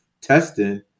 Testing